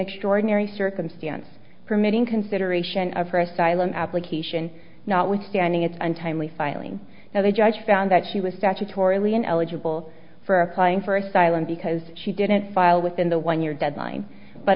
extraordinary circumstance permitting consideration of her asylum application notwithstanding its untimely filing now the judge found that she was statutorily ineligible for applying for asylum because she didn't file within the one year deadline but